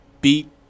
beat